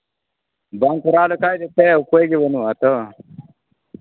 ᱵᱟᱢ ᱠᱚᱨᱟᱣ ᱞᱮᱠᱷᱟᱱ ᱥᱮ ᱩᱯᱟᱹᱭ ᱜᱮ ᱵᱟᱹᱱᱩᱜᱼᱟ ᱛᱚ